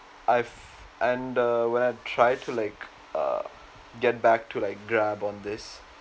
I've and uh when I tried to like uh get back to like grab on this